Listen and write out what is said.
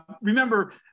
remember